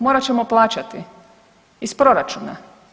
Morat ćemo plaćati iz proračuna.